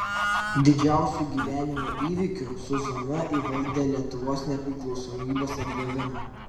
didžiausiu gyvenimo įvykiu zuzana įvardija lietuvos nepriklausomybės atgavimą